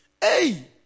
Hey